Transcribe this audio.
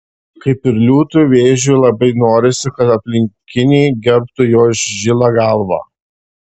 kaip ir liūtui vėžiui labai norisi kad aplinkiniai gerbtų jo žilą galvą